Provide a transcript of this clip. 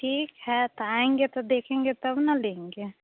ठीक है तो आएँगे तो देखेंगे तब ना लेंगे